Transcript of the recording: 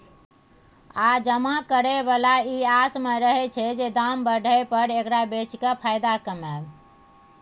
आ जमा करे बला ई आस में रहैत छै जे दाम बढ़य पर एकरा बेचि केँ फायदा कमाएब